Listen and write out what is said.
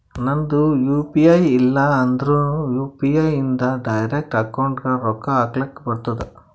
ನಂದ್ U P I ಇಲ್ಲ ಅಂದುರ್ನು ಯು.ಪಿ.ಐ ಇಂದ್ ಡೈರೆಕ್ಟ್ ಅಕೌಂಟ್ಗ್ ರೊಕ್ಕಾ ಹಕ್ಲಕ್ ಬರ್ತುದ್